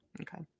okay